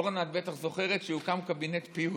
אורנה, את בטח זוכרת, שהוקם קבינט פיוס.